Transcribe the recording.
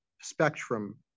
spectrum